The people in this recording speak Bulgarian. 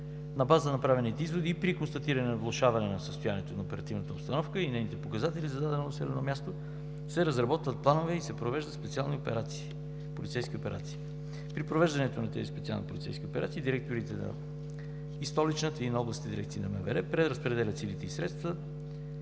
На база направените изводи и при констатиране на влошаване на състоянието на оперативната обстановка и нейните показатели за дадено населено място се разработват планове и се провеждат специални полицейски операции. При провеждането на тези специални полицейски операции директорите и на Столичната, и на областните дирекции на МВР преразпределят силите и средствата